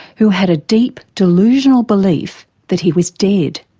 who had a deep delusional belief that he was dead.